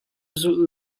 zulh